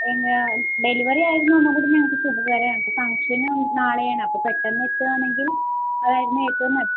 എങ്ങനെയാണ് ഡെലിവറി ആയിരുന്നു ഒന്നുകൂടി ഞങ്ങള്ക്ക് സുഖകരം ഞങ്ങള്ക്ക് ഫങ്ഷന് നാളെയാണ് അപ്പോള് പെട്ടെന്ന് എത്തുകയാണെങ്കിൽ അതായിരുന്നു ഏറ്റവും